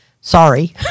sorry